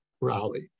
rally